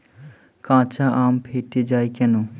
কাঁচা আম ফেটে য়ায় কেন?